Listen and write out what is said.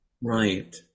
Right